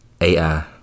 AI